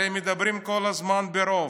הרי מדברים כל הזמן על רוב.